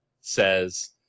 says